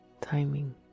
timing